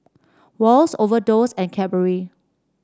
Wall's Overdose and Cadbury